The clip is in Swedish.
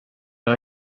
jag